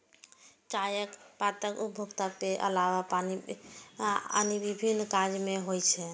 चायक पातक उपयोग पेय के अलावा आन विभिन्न काज मे होइ छै